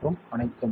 மற்றும் அனைத்தும்